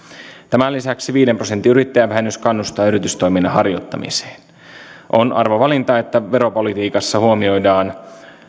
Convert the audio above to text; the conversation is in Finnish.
tämän lisäksi viiden prosentin yrittäjävähennys kannustaa yritystoiminnan harjoittamiseen on arvovalinta että veropolitiikassa huomioidaan